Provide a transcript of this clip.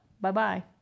Bye-bye